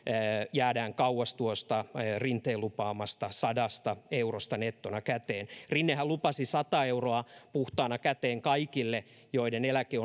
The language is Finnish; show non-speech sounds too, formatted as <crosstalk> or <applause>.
jäädään kauas tuosta rinteen lupaamasta sadasta eurosta nettona käteen rinnehän lupasi sata euroa puhtaana käteen kaikille joiden eläke <unintelligible>